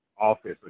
office